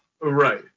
right